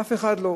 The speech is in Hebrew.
אף אחד לא.